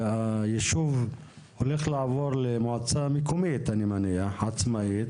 והיישוב הולך לעבור למועצה מקומית עצמאית,